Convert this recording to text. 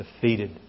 defeated